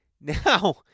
Now